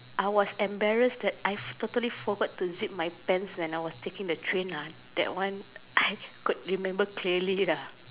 I was embarrassed that I've I totally forgot to zip my pants when I was taking a train lah that one I could remember clearly lah